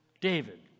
David